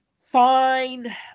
fine